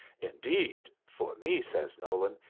indeed, for me, says nolan,